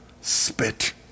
Spit